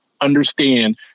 understand